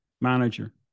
manager